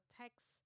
text